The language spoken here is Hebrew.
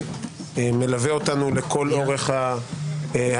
שמלווה אותנו לכל אורך ההכנה.